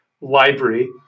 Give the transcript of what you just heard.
library